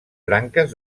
branques